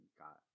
got